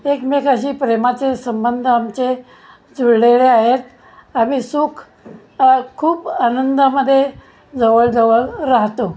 एकमेकाशी प्रेमाचे संबंध आमचे जुळलेले आहेत आम्ही सुख खूप आनंदामध्ये जवळजवळ राहतो